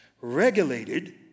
regulated